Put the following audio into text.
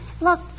Look